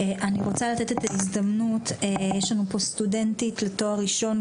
אני רוצה לתת את ההזדמנות יש לנו פה סטודנטית לתואר ראשון,